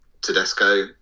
Tedesco